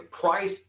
price